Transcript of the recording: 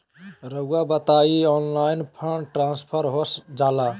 रहुआ बताइए online fund transfer हो जाला?